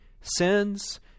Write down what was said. sins